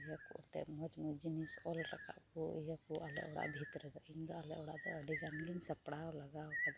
ᱤᱭᱟᱹ ᱠᱚ ᱮᱱᱛᱮᱫ ᱢᱚᱡᱽ ᱢᱚᱡᱽ ᱡᱤᱱᱤᱥ ᱚᱞ ᱨᱟᱠᱟᱵᱽ ᱠᱚ ᱤᱭᱟᱹ ᱠᱚ ᱟᱞᱮ ᱚᱲᱟᱜ ᱵᱷᱤᱨ ᱨᱮᱫᱚ ᱤᱧ ᱫᱚ ᱟᱞᱮ ᱚᱲᱟᱜ ᱟᱹᱰᱤ ᱜᱟᱱᱤᱧ ᱥᱟᱯᱲᱟᱣ ᱞᱟᱜᱟᱣ